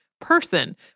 person